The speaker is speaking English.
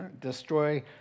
destroy